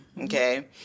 Okay